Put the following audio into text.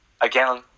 Again